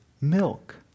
milk